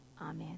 Amen